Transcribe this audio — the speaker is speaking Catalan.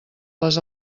les